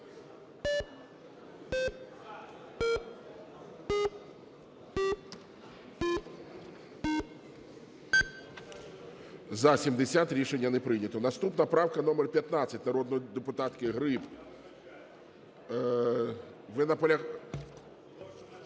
За-70 Рішення не прийнято. Наступна правка - номер 15, народної депутатки Гриб. Ви… (Шум